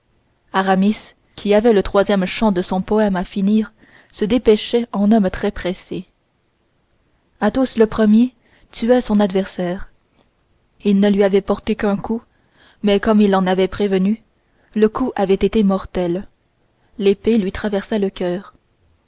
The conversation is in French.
aramis qui avait le troisième chant de son poème à finir se dépêchait en homme très pressé athos le premier tua son adversaire il ne lui avait porté qu'un coup mais comme il l'en avait prévenu le coup avait été mortel l'épée lui traversa le coeur